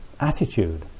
attitude